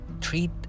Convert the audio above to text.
treat